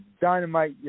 dynamite